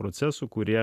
procesų kurie